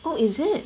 oh is it